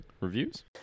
Reviews